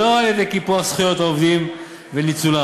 ולא על-ידי קיפוח זכויות העובדים וניצולם.